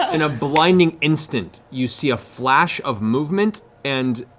and a blinding instant you see a flash of movement and,